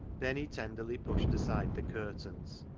then he ten derly pushed aside the curtains,